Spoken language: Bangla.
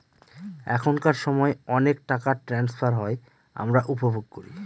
এখনকার সময় অনেক টাকা ট্রান্সফার হয় আমরা উপভোগ করি